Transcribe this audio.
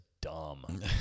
dumb